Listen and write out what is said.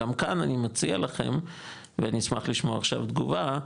גם כאן אני מציע לכם ואני אשמח לשמוע עכשיו תגובה,